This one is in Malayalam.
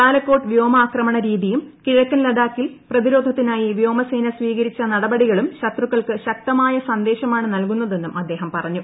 ബാലക്കോട്ട് വ്യോമാക്രമണ രീതിയും കിഴക്കൻ ലദ്ദാഖിൽ പ്രതിരോധത്തിനായി വ്യോമസേന സ്വീകരിച്ച നടപടികളും ശത്രുക്കൾക്ക് ശക്തമായ സന്ദേശമാണ് നൽകുന്നതെന്നും അദ്ദേഹം പറഞ്ഞു